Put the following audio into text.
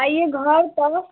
आइए घर पर